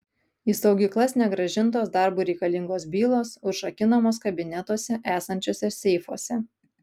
į saugyklas negrąžintos darbui reikalingos bylos užrakinamos kabinetuose esančiuose seifuose